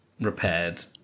repaired